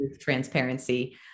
transparency